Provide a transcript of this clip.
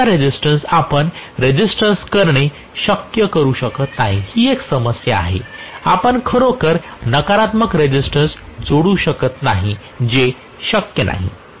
आणि मूळचा रेसिस्टन्स आपण रेसिस्टन्स करणे शक्य करू शकत नाही ही समस्या आहे आपण खरोखर नकारात्मक रेसिस्टन्स जोडू शकत नाही जे शक्य नाही